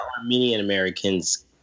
Armenian-Americans